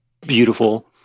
beautiful